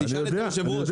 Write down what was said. תשאל את היושב-ראש.